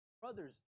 brothers